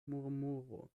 murmuro